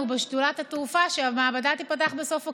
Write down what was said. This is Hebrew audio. בשדולת התעופה שהמעבדה תיפתח בסוף אוקטובר.